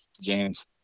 James